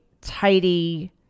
tidy